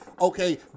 okay